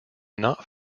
not